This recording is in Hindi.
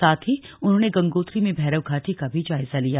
साथ ही उन्होंने गंगोत्री में भैरवघाटी का भी जायजा लिया